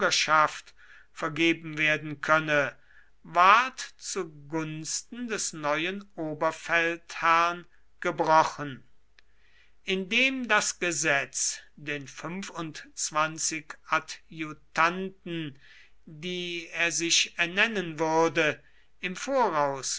vergeben werden könne ward zu gunsten des neuen oberfeldherrn gebrochen indem das gesetz den fünfundzwanzig adjutanten die er sich ernennen würde im voraus